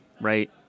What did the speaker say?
right